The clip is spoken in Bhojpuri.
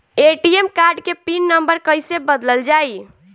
ए.टी.एम कार्ड के पिन नम्बर कईसे बदलल जाई?